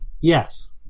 Yes